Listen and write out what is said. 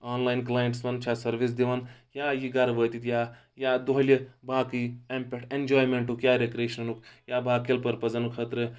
online clients منٛز چھا service دِوان یا یہِ گرٕ وٲتِتھ یا یا دۄہلہِ باقٕے اَمہِ پیٚٹھ ایٚنجایمینٹُک یا رِکریشنُک یا باقیل پٔرپزَن خٲطرٕ